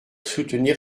soutenir